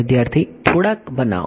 વિદ્યાર્થી થોડાક બનાવો